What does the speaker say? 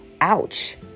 Ouch